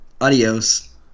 Adios